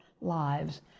lives